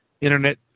internet